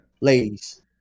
Ladies